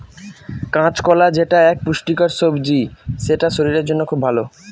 কাঁচকলা যেটা এক পুষ্টিকর সবজি সেটা শরীরের জন্য খুব ভালো